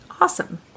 Awesome